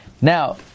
Now